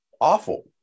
awful